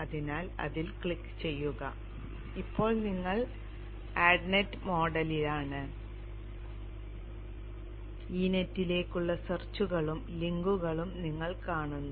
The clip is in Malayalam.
അതിനാൽ അതിൽ ക്ലിക്ക് ചെയ്യുക ഇപ്പോൾ നിങ്ങൾ ആഡ് നെറ്റ് മോഡിലാണ് ഈ നെറ്റിലേക്കുള്ള സെർച്ചുകളും ലിങ്കുകളും നിങ്ങൾ കാണുന്നു